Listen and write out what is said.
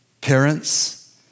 parents